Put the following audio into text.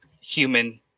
human